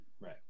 Right